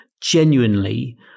genuinely